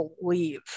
believe